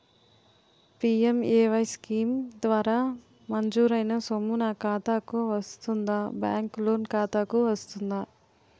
PMAY scheme ద్వారా మంజూరైన సొమ్ము నా ఖాతా కు వస్తుందాబ్యాంకు లోన్ ఖాతాకు వస్తుందా?